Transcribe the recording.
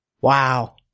Wow